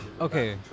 Okay